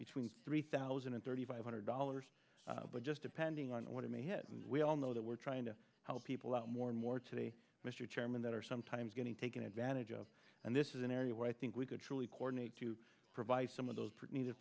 between three thousand and thirty five hundred dollars but just depending on what it may hit and we all know that we're trying to help people out more and more today mr chairman that are sometimes getting taken advantage of and this is an area where i think we could truly coordinate to provide some of those